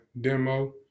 demo